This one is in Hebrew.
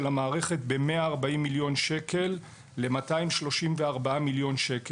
המערכת ב-140 מיליון שקל ל-234 מיליון שקל.